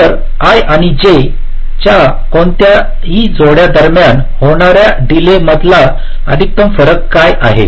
तर i आणि j च्या कोणत्याही जोडी दरम्यान होणार्या डीले मधला अधिकतम फरक काय आहे